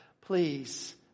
Please